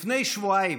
לפני שבועיים,